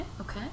Okay